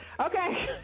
Okay